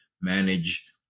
manage